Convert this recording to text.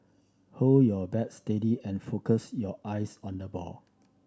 hold your bat steady and focus your eyes on the ball